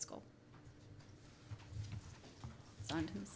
school and